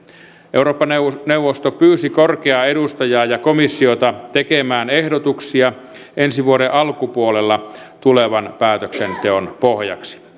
eurooppa neuvosto neuvosto pyysi korkeaa edustajaa ja komissiota tekemään ehdotuksia ensi vuoden alkupuolella tulevan päätöksenteon pohjaksi ja